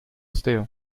steel